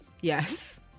Yes